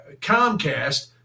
Comcast